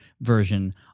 version